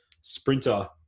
sprinter